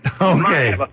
Okay